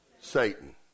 Satan